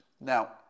Now